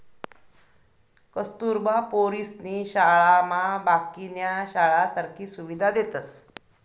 कस्तुरबा पोरीसनी शाळामा बाकीन्या शाळासारखी सुविधा देतस